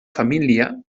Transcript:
família